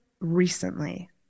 recently